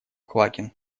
квакин